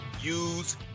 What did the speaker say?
use